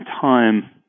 time